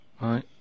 right